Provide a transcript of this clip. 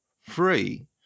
free